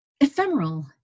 ephemeral